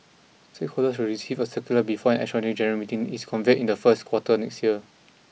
stakeholders will receive a circular before an extraordinary general meeting is conveyed in the first quarter next year